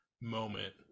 moment